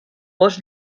gos